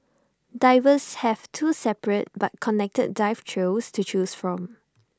divers have two separate but connected dive trails to choose from